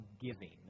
giving